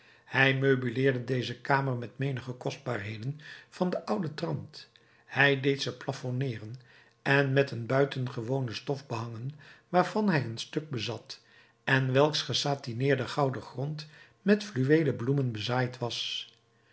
hij meubileerde deze kamer met een menigte kostbaarheden van den ouden trant hij deed ze plafonneeren en met een buitengewone stof behangen waarvan hij een stuk bezat en welks gesatineerde gouden grond met fluweelen bloemen bezaaid was